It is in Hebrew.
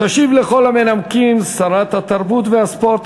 תשיב לכל המנמקים שרת התרבות והספורט,